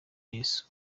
yesu